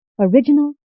original